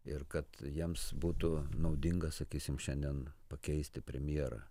ir kad jiems būtų naudinga sakysim šiandien pakeisti premjerą